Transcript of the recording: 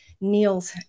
Niels